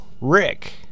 Rick